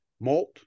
malt